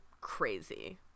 crazy